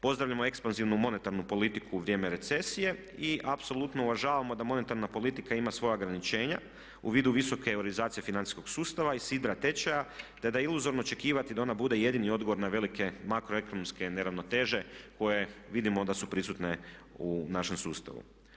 Pozdravljamo ekspanzivnu monetarnu politiku u vrijeme recesije i apsolutno uvažavamo da monetarna politika ima svoja ograničenja u vidu visoke euroizacije financijskog sustava i sidra tečaja te da je iluzorno očekivati da ona bude jedini odgovor na velike makroekonomske neravnoteže koje vidimo da su prisutne u našem sustavu.